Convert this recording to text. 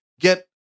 get